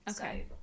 Okay